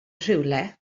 rhywle